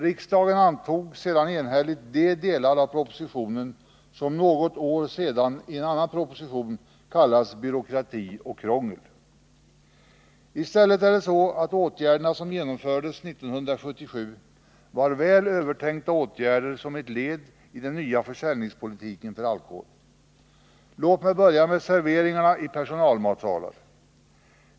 Riksdagen antog sedan enhälligt de delar av propositionen som något år senare i en annan proposition betecknas som uttryck för byråkrati och krångel. I stället är det dock så att de åtgärder som genomfördes 1977 var väl övertänkta led i den nya försäljningspolitiken för alkoholen. Låt mig börja med serveringen i personalmatsalar.